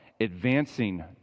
advancing